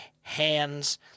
hands